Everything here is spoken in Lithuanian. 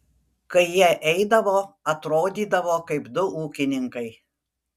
kai jie eidavo atrodydavo kaip du ūkininkai